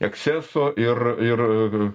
eksceso ir ir